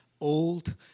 old